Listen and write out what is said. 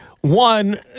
one